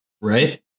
Right